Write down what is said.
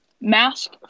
Mask